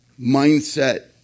mindset